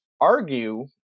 argue